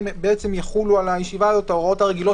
ויחולו על הישיבה הזו ההוראות הרגילות